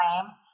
claims